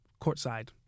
courtside